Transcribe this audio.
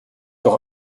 doch